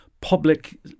public